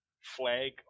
flag